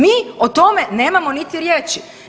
Mi o tome nemamo niti riječi.